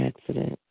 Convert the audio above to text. accident